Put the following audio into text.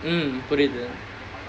mm சாப்பிடுவோம்:saappiduvom